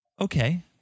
okay